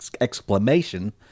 exclamation